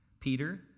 Peter